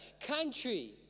country